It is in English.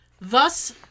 Thus